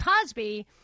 Cosby